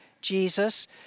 Jesus